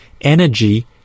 energy